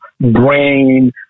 brain